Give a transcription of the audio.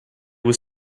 was